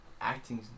acting